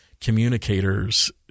communicators